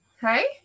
Hey